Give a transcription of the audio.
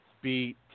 beat